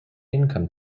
income